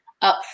up